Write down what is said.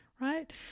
right